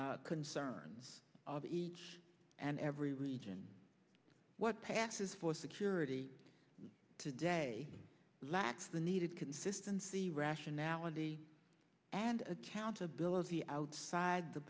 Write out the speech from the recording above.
concerns of each and every region what passes for security today lacks the needed consistency rationality and accountability outside the